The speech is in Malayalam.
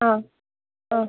ആ ആ